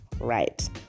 right